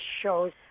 shows